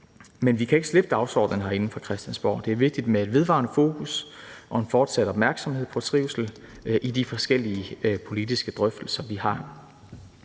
Men vi kan ikke slippe dagsordenen herinde på Christiansborg. Det er vigtigt med et vedvarende fokus og en fortsat opmærksomhed på trivsel i de forskellige politiske drøftelser, vi har.